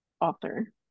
author